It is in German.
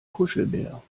kuschelbär